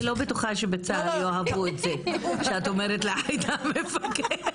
אני לא בטוחה שבצה"ל יאהבו את זה כשאת אומרת לעאידה "המפקדת".